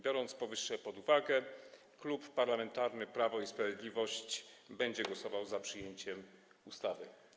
Biorąc powyższe pod uwagę, Klub Parlamentarny Prawo i Sprawiedliwość będzie głosował za przyjęciem ustawy.